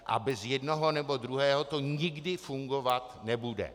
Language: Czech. A bez jednoho nebo druhého to nikdy fungovat nebude.